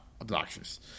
obnoxious